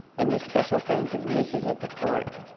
and the special friends of music at the court